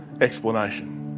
Explanation